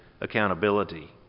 accountability